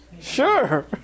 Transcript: Sure